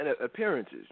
appearances